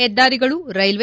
ಹೆದ್ದಾರಿಗಳು ರೈಲ್ವೆ